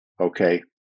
Okay